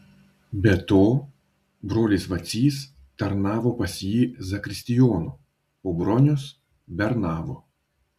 be to brolis vacys tarnavo pas jį zakristijonu o bronius bernavo